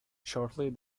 shortly